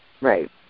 Right